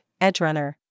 Edgerunner